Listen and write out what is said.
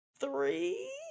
three